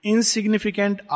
Insignificant